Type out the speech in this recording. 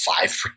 five